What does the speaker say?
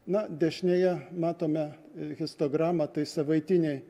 na dešinėje matome histogramą tai savaitiniai